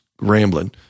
rambling